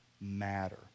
matter